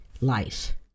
life